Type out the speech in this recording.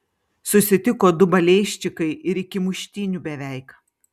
susitiko du balėjščikai ir iki muštynių beveik